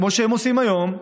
כמו שהם עושים היום,